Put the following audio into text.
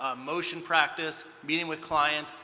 ah motion practice, meeting with clients,